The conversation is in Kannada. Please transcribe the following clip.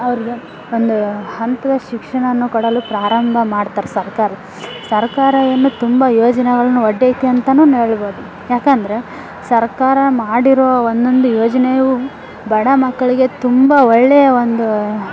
ಅವರಿಗೆ ಒಂದು ಹಂತದ ಶಿಕ್ಷಣವನ್ನು ಕೊಡಲು ಪ್ರಾರಂಭ ಮಾಡ್ತಾರೆ ಸರ್ಕಾರ ಸರ್ಕಾರವನ್ನು ತುಂಬ ಯೋಜನೆಗಳನು ಒಡ್ಡೈತಿ ಅಂತನೂ ಹೇಳ್ಬೋದು ಯಾಕಂದರೆ ಸರ್ಕಾರ ಮಾಡಿರೋ ಒಂದೊಂದು ಯೋಜನೆಯೂ ಬಡ ಮಕ್ಕಳಿಗೆ ತುಂಬ ಒಳ್ಳೆಯ ಒಂದು